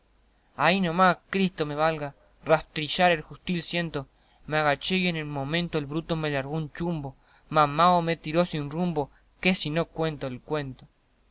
no más cristo me valga rastrillar el jusil siento me agaché y en el momento el bruto me largó un chumbo mamao me tiró sin rumbo que si no no cuento el cuento